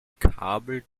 kabel